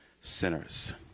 sinners